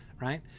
right